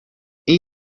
این